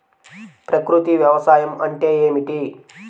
ప్రకృతి వ్యవసాయం అంటే ఏమిటి?